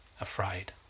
afraid